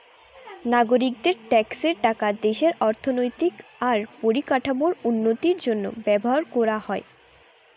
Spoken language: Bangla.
নাগরিকদের ট্যাক্সের টাকা দেশের অর্থনৈতিক আর পরিকাঠামোর উন্নতির জন্য ব্যবহার কোরা হয়